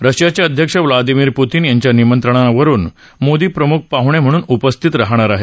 रशियाचे अध्यक्ष Vladimir Putin यांच्या निमंत्रणावरुन मोदी प्रमुख पाहणे म्हणून उपस्थित राहत आहेत